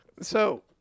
So-